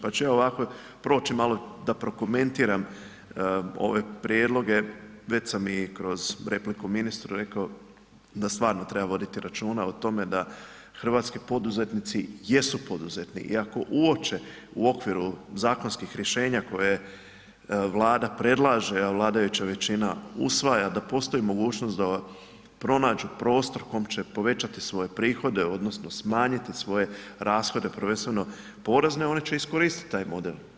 Pa ću ja ovako proći malo, da prokomentiram ove prijedloge već sam i kroz repliku ministru rekao da stvarno treba voditi računa o tome da hrvatski poduzetnici jesu poduzetni i ako uoče u okviru zakonskih rješenja koje Vlada predlaže, a vladajuća većina usvaja da postoji mogućost da pronađu prostor kom će povećati svoje prihode odnosno smanjiti svoje rashode, prvenstveno porezne oni će iskoristiti taj model.